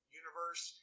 universe